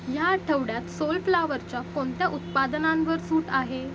ह्या आठवड्यात सोलफ्लावरच्या कोणत्या उत्पादनांवर सूट आहे